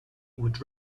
would